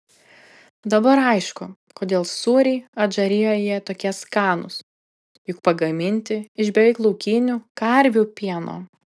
dabar aišku kodėl sūriai adžarijoje tokie skanūs juk pagaminti iš beveik laukinių karvių pieno